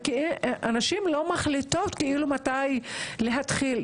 כי הנשים לא מחליטות מתי להתחיל.